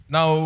Now